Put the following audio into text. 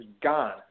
gone